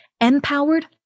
Empowered